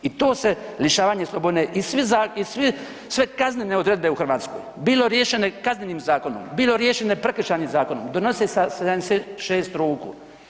I to se lišavanje slobode i svi i svi, sve kaznene odredbe u Hrvatskoj bilo riješene Kaznenim zakonom, bilo riješene Prekršajnim zakonom donose sa 76 ruku.